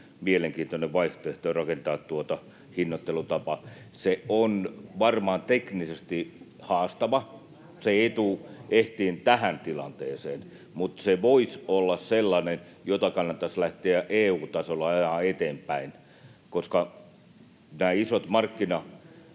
mielenkiintoinen vaihtoehto rakentaa tuota hinnoittelutapaa. Se on varmaan teknisesti haastava. [Mika Niikko: Vähämäki neuvomaan!] Se ei tule ehtimään tähän tilanteeseen, mutta se voisi olla sellainen, jota kannattaisi lähteä EU-tasolla ajamaan eteenpäin, koska nämä isot markkinamuutokset